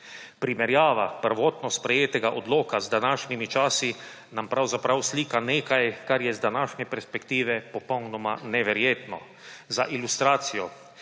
Primerjava prvotno sprejetega odloka z današnjimi časi nam pravzaprav slika nekaj, kar je z današnje perspektive popolnoma neverjetno. Za ilustracijo,